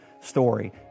story